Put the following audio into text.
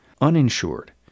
Uninsured